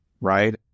right